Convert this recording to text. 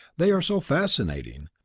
they are so fascinating,